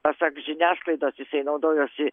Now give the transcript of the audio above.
pasak žiniasklaidos jisai naudojosi